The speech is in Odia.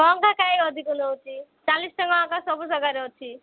ଟଙ୍କା କାଇଁ ଅଧିକ ନେଉଛି ଚାଳିଶ ଟଙ୍କା ଏକା ସବୁ ଯାଗାରେ ଅଛି